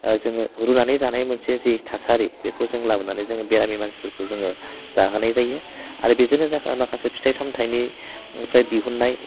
जोङो रुनानै जानाय मोनसे जि थासारि बेखौ जों लाबोनानै जों बेरामि मानसिफोरखौ जोङो जाहोनाय जायो आरो बेजोंनो जायफोरा माखासे फिथाइ सामथायनिफ्राय दिहुननाय